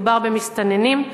מדובר במסתננים.